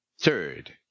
Third